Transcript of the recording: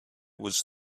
was